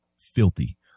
filthy